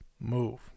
move